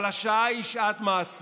אלי, אתה לא, אבל השעה היא שעת מעשה.